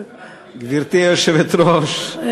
גברתי היושבת-ראש,